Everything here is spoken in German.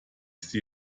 sie